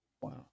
Wow